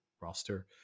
roster